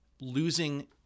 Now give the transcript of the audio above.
losing